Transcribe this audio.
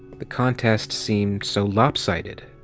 the contest seem so lopsided.